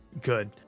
good